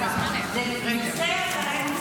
זה נושא אחרי נושא.